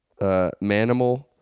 Manimal